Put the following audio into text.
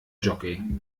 jockey